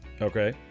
Okay